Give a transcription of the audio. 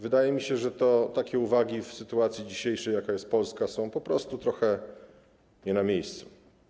Wydaje mi się, że takie uwagi w sytuacji dzisiejszej, w jakiej jest Polska, są po prostu trochę nie na miejscu.